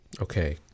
Okay